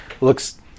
Looks